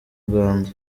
uganda